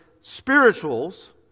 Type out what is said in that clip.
spirituals